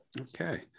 Okay